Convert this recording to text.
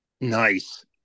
Nice